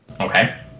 Okay